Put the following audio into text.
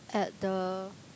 at the